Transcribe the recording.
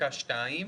בפסקה (2).